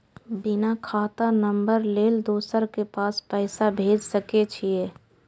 बिना खाता नंबर लेल दोसर के पास पैसा भेज सके छीए?